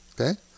Okay